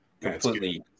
completely